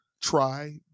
try